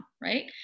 right